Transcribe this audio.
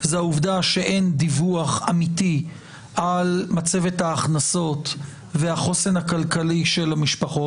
זה העובדה שאין דיווח אמיתי על מצבת ההכנסות והחוסן הכלכלי של המשפחות.